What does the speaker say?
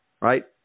Right